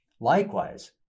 Likewise